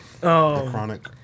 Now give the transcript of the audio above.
Chronic